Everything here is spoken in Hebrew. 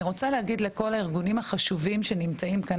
אני רוצה להגיד לכל הארגונים החשובים שנמצאים כאן,